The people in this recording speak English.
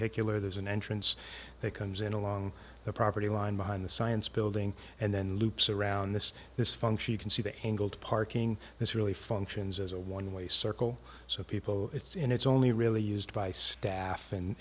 vehicular there's an entrance that comes in along the property line behind the science building and then loops around this this function you can see the angled parking this really functions as a one way circle so people it's in it's only really used by staff and